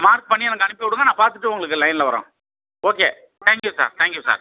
mark பண்ணி எனக்கு அனுப்பி இடுங்க நான் பார்த்துட்டு உங்களுக்கு லைனில் வரம் okay thank you sir thank you sir